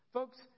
Folks